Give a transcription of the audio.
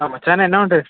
ആ മച്ചാനെ എന്നാ ഉണ്ട്